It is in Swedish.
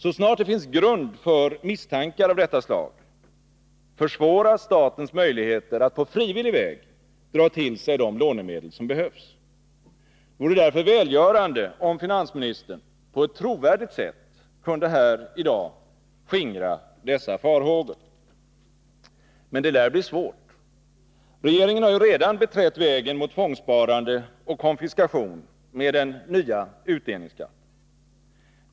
Så snart det finns grund för misstankar av detta slag, försvåras statens möjligheter att på frivillig väg dra till sig de lånemedel som behövs. Det vore därför välgörande, om finansministern — på ett trovärdigt sätt — kunde här i dag skingra dessa farhågor. Men det lär bli svårt. Regeringen har ju redan beträtt vägen mot tvångssparande och konfiskation med den nya utdelningsskatten.